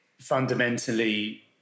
fundamentally